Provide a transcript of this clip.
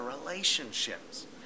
relationships